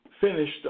finished